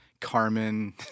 Carmen